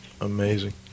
Amazing